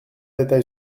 détail